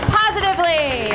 positively